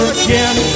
again